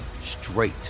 straight